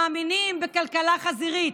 ומאמינים בכלכלה חזירית,